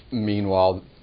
Meanwhile